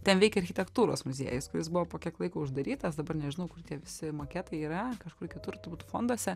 ten veikė architektūros muziejus kuris buvo po kiek laiko uždarytas dabar nežinau kur tie visi maketai yra kažkur kitur turbūt fonduose